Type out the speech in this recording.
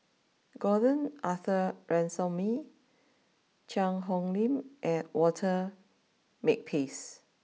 Gordon Arthur Ransome Cheang Hong Lim and Walter Makepeace